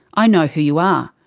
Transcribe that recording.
i know who you are.